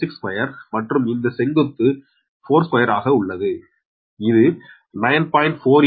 62 மற்றும் இந்த செங்குத்து 42 ஆக உள்ளது இது 9